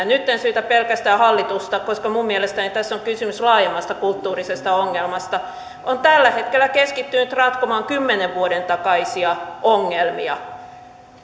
nyt en syytä pelkästään hallitusta koska minun mielestäni tässä on kysymys laajemmasta kulttuurisesta ongelmasta on tällä hetkellä keskittynyt ratkomaan kymmenen vuoden takaisia ongelmia